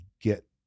get